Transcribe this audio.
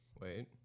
Wait